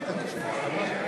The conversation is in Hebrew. נגד מיקי רוזנטל,